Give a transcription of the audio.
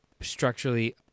structurally